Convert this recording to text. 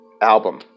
album